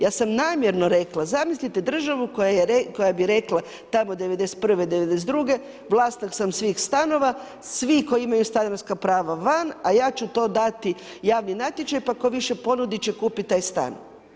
Ja sam namjerno rekla, zamislite državu koja bi rekla tamo '91., '92. vlasnik sam svih stanova, svi koji imaju stanarska prava van, a ja ću to dati javni natječaj pa ko više ponudi će kupiti taj stan.